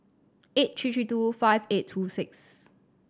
eight three three two five eight two six